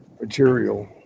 material